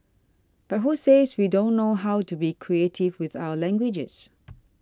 but who says we don't know how to be creative with our languages